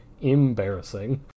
embarrassing